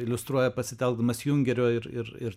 iliustruoja pasitelkdamas jungerio ir ir ir